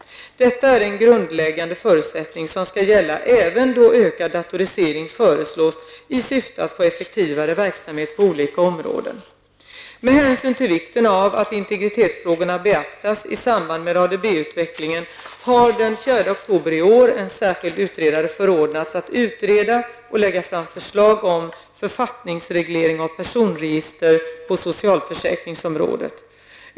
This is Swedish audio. Detta är en grundläggande förutsättning som skall gälla även då ökad datorisering föreslås i syfte att få effektivare verksamhet på olika områden. Med hänsyn till vikten av att integritetsfrågorna beaktas i samband med ADB-utvecklingen har den 4 oktober i år en särskild utredare förordnats att utreda och lägga fram förslag om författningsreglering av personregister på socialförsäkringsområdet.